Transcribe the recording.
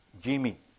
Jimmy